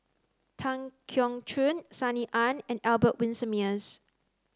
Tan Keong Choon Sunny Ang and Albert Winsemius